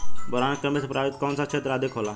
Boron के कमी से प्रभावित कौन सा क्षेत्र अधिक होला?